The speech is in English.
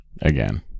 again